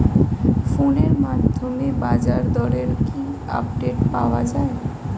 ফোনের মাধ্যমে বাজারদরের কি আপডেট পাওয়া যায়?